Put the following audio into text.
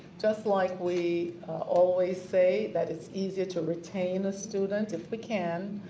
just like we always say, that is easier to retain a student if we can.